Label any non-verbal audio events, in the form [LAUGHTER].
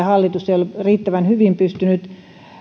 [UNINTELLIGIBLE] hallitus ei ole riittävän hyvin pystynyt